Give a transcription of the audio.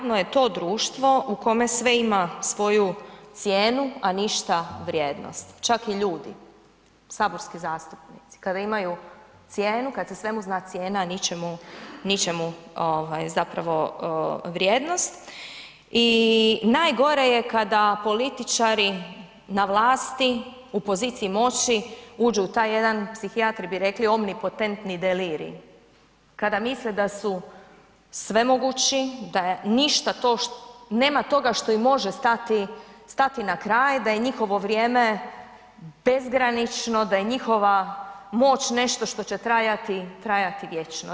Točno kolega, jadno je to društvo u kome sve ima svoju cijenu, a ništa vrijednost, čak i ljudi, saborski zastupnici kada imaju cijenu, kad se svemu zna cijena, a ničemu, ničemu ovaj zapravo vrijednost i najgore je kada političari na vlasti u poziciji moći uđu u taj jedan psihijatri bi rekli omnipotentni delirij, kada misle da su svemogući, da ništa to, nema toga što im može stati na kraj, da je njihovo vrijeme bezgranično, da je njihova moć nešto što će trajati, trajati vječno.